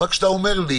אבל כשאתה אומר לי